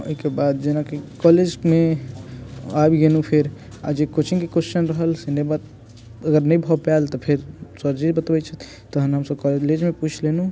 अइके बाद जेनाकि कॉलेजमे आबि गेलहुँ फेर आओर जे कोचिंगके क्वेस्चन रहल अगर नहि भऽ पाइल तऽ फेर सर जी बतबै छथिन तहन हमसब कॉलेजमे पूछि लेलहुँ